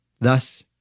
Thus